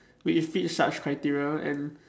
which fits such criteria and